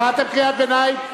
קראת קריאת ביניים,